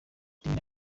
rimwe